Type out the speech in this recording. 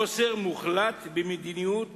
חוסר מוחלט במדיניות